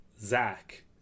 zach